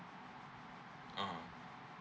(uh huh)